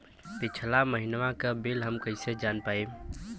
पिछला महिनवा क बिल हम कईसे जान पाइब?